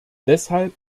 deshalb